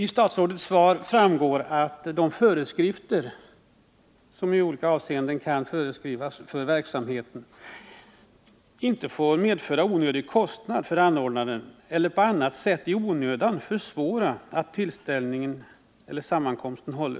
Av statsrådets svar framgår att de föreskrifter som i olika avseenden gäller för verksamheten inte får ”medföra onödig kostnad för anordnaren eller på annat sätt i onödan försvåra att tillställningen eller sammankomsten hålls”.